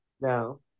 no